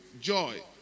joy